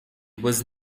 was